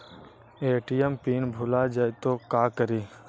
ATM PIN भुला जाए तो का करी?